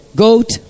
goat